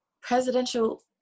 presidential